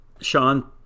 Sean